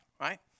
right